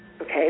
Okay